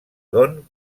don